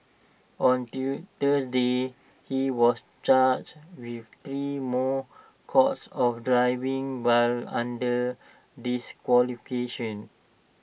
on Thursday he was charged with three more counts of driving while under disqualification